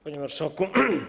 Panie Marszałku!